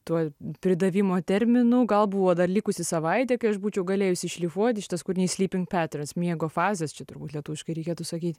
tuo pridavimo termino gal buvo dar likusi savaitė kai aš būčiau galėjusi šlifuoti šitas kūrinys miego fazės čia turbūt lietuviškai reikėtų sakyti